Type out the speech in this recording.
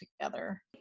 together